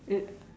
it's